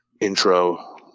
intro